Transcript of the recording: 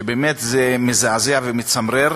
באמת זה מזעזע ומצמרר.